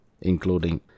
including